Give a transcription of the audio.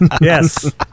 yes